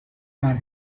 مرگ